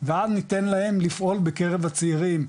ואז ניתן להם לפעול בקרב הצעירים,